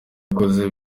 akoze